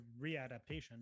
readaptation